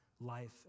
life